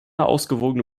ausgewogene